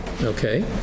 Okay